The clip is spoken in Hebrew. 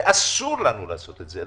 ואסור לנו לעשות את זה.